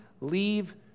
leave